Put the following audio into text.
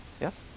Yes